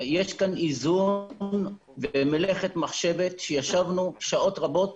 יש כאן איזון ומלאכת מחשבת שישבנו שעות רבות